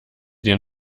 den